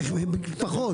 פחות.